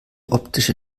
optische